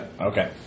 Okay